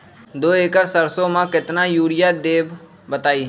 दो एकड़ सरसो म केतना यूरिया देब बताई?